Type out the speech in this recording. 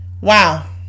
Wow